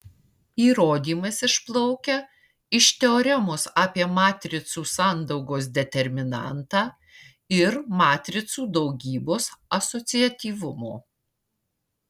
įrodymas išplaukia iš teoremos apie matricų sandaugos determinantą ir matricų daugybos asociatyvumo